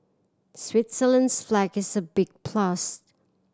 Switzerland's flag is a big plus